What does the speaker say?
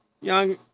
young